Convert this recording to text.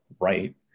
right